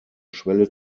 schwelle